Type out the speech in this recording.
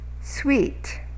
sweet